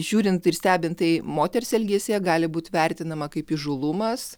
žiūrint ir stebint tai moters elgesį gali būt vertinama kaip įžūlumas